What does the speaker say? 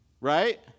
Right